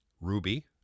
Ruby